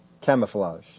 camouflage